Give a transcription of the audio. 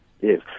Yes